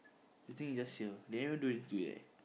I think it's just here they haven't do anything to it eh